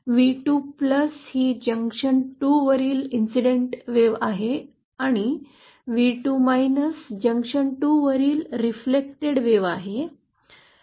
V2 ही junction 2 वरील आनुषंगिक लाट आहे आणि v2 जंक्शन 2 वर परावर्तित लाट आहे